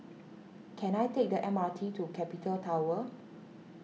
can I take the M R T to Capital Tower